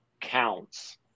counts